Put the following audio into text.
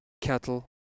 cattle